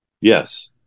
Yes